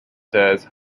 says